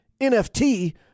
nft